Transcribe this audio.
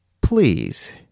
Please